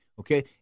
Okay